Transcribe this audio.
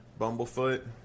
Bumblefoot